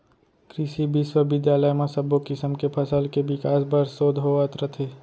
कृसि बिस्वबिद्यालय म सब्बो किसम के फसल के बिकास बर सोध होवत रथे